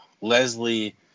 Leslie